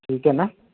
ٹھیک ہے نہ